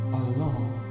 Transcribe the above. alone